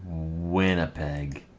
winnipeg